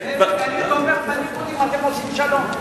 ההיפך, אני תומך בליכוד אם אתם עושים שלום.